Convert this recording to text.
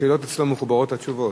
השאלות אצלו מחוברות לתשובות.